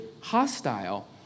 hostile